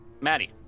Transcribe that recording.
Maddie